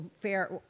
fair –